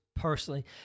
Personally